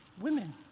women